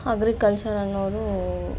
ಅಗ್ರಿಕಲ್ಚರನ್ನೋದು